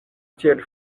tiel